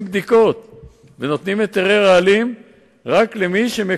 זה